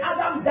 Adam